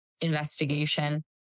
investigation